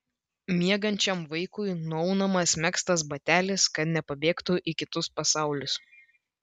miegančiam vaikui nuaunamas megztas batelis kad nepabėgtų į kitus pasaulius